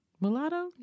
Mulatto